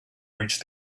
reach